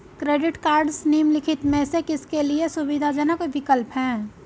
Credit cards निम्नलिखित में से किसके लिए सुविधाजनक विकल्प हैं?